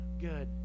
good